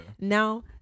now